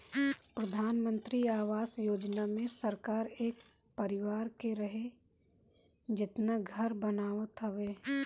प्रधानमंत्री आवास योजना मे सरकार एक परिवार के रहे जेतना घर बनावत हवे